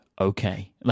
okay